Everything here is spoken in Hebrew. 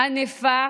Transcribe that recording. ענפה